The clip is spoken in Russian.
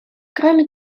кроме